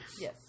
Yes